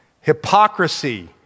hypocrisy